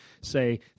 say